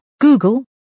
Google